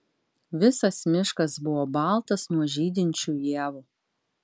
visas miškas buvo baltas nuo žydinčių ievų